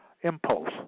impulse